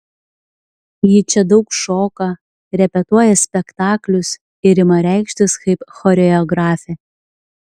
ji čia daug šoka repetuoja spektaklius ir ima reikštis kaip choreografė